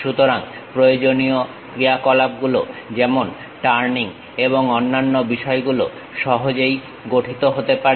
সুতরাং প্রয়োজনীয় ক্রিয়া কলাপ গুলো যেমন টার্নিং এবং অন্যান্য বিষয়গুলো সহজেই গঠিত হতে পারে